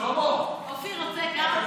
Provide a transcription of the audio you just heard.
אופיר, רוצה גם?